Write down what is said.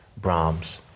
Brahms